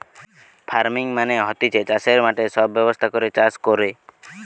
farming মানে হতিছে চাষের মাঠে সব ব্যবস্থা করে চাষ কোরে